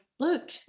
Look